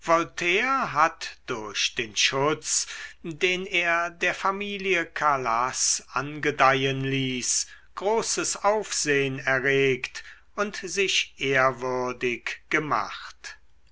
hat durch den schutz den er der familie calas angedeihen ließ großes aufsehn erregt und sich ehrwürdig gemacht